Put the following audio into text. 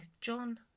John